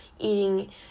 ...eating